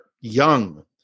young